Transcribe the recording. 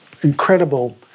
incredible